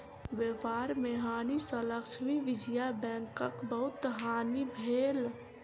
व्यापार में हानि सँ लक्ष्मी विजया बैंकक बहुत हानि भेल